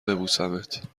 ببوسمت